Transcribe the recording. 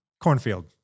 Cornfield